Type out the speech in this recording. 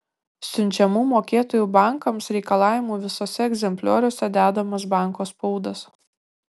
siunčiamų mokėtojų bankams reikalavimų visuose egzemplioriuose dedamas banko spaudas